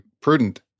prudent